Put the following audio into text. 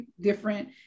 different